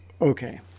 okay